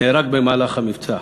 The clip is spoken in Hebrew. נהרג במהלך המבצע.